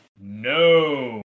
No